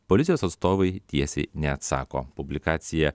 policijos atstovai tiesiai neatsako publikacija